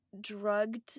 drugged